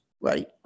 right